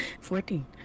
Fourteen